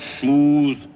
smooth